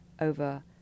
over